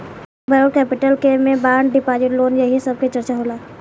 borrowed capital के में bond deposit loan एही सब के चर्चा होला